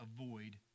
avoid